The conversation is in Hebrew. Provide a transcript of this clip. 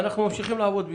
ואנחנו ממשיכים לעבוד בשבילם.